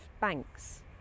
banks